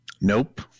Nope